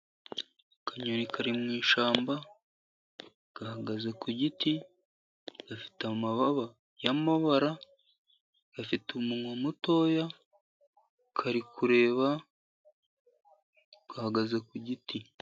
Akanyoni kari mu ishyamba. Gahagaze ku giti, gafite amababa y'amabara, gafite umunwa mutoya, kari kureba, gahagaze ku giti.